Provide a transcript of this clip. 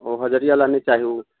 ओ हरिअरीवला नहि चाही